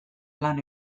lan